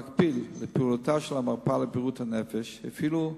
במקביל לפעילותה של המרפאה לבריאות הנפש הפעילו,